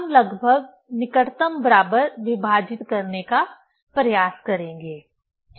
हम लगभग निकटतम बराबर विभाजित करने का प्रयास करेंगे ठीक